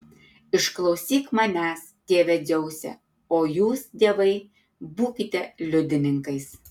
išklausyk manęs tėve dzeuse o jūs dievai būkite liudininkais